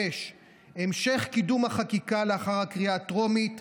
5. המשך קידום החקיקה לאחר הקריאה הטרומית,